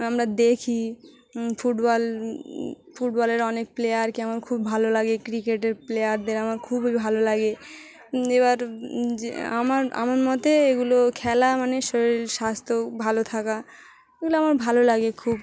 আমরা দেখি ফুটবল ফুটবলের অনেক প্লেয়ারকে আমার খুব ভালো লাগে ক্রিকেটের প্লেয়ারদের আমার খুবই ভালো লাগে এবার যে আমার আমার মতে এগুলো খেলা মানে শরীর স্বাস্থ্য ভালো থাকা এগুলো আমার ভালো লাগে খুব